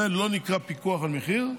זה לא נקרא פיקוח על מחיר,